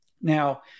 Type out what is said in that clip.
Now